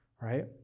right